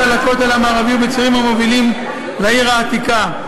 הגישה לכותל המערבי ובצירים המובילים לעיר העתיקה.